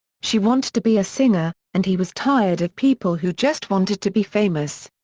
she wanted to be a singer, and he was tired of people who just wanted to be famous.